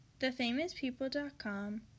Thefamouspeople.com